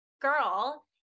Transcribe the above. girl